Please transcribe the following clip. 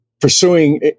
pursuing